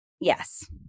Yes